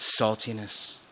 saltiness